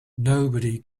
nobody